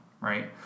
right